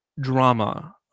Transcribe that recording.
drama